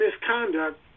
misconduct